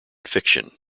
fiction